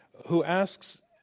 who asks,